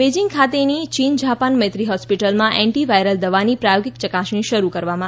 Beijing ખાતેની ચીન જાપાન મૈત્રી હોસ્પિટલમાં એન્ટી વાયરલ દવાની પ્રાયોગિક ચકાસણી શરૂ કરવામાં આવી છે